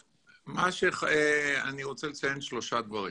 המשך העסקתן של אוכלוסיות ייעודיות בחברת נמל אשדוד.